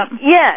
Yes